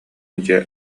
дьиэ